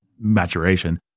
maturation